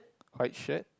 white shirt